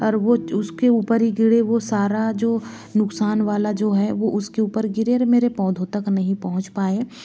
और वो उसके ऊपर ही गिरे वो सारा जो नुकसान वाला जो है वो उसके ऊपर गिरे और मेरे पौधों तक नहीं पहुंच पाए